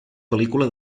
pel·lícula